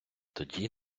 тоді